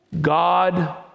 God